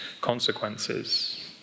consequences